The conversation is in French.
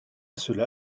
cela